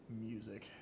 music